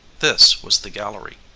this was the gallery.